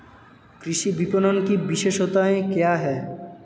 कृषि विपणन की विशेषताएं क्या हैं?